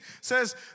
says